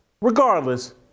regardless